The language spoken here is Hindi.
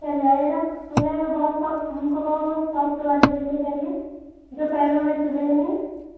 पड़ जाएगा हो जाएगा बहुत हमको बहुत बहुत सॉफ्ट वाले जूते चाहिए जो पैरों में चुभे नहीं